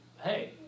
hey